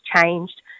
changed